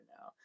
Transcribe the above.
now